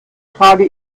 trage